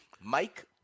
mike